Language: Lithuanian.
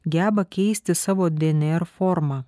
geba keisti savo dnr formą